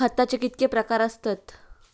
खताचे कितके प्रकार असतत?